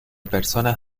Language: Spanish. personas